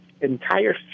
entire